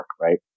right